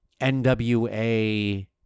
nwa